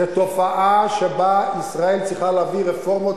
זו תופעה שבה ישראל צריכה להביא רפורמות